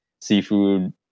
seafood